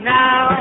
now